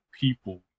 people